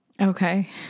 Okay